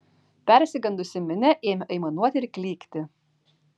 persigandusi minia ėmė aimanuoti ir klykti